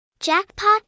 Jackpot